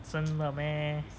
真的 meh